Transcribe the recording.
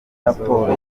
raporo